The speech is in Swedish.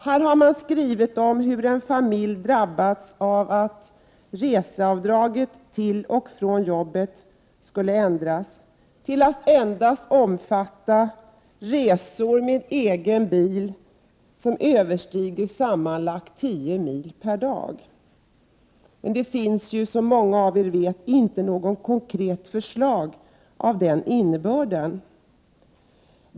Här har man skrivit om hur en familj drabbas av att reseavdraget till och från jobbet skulle ändras till att omfatta endast resor med egen bil som överstiger sammanlagt 10 mil per dag. Men det finns ju, som många av er vet, inte något konkret förslag av den innebörden.